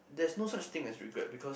there's no such thing as regret because